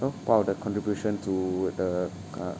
know part of the contribution to the uh